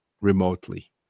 remotely